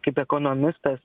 kaip ekonomistas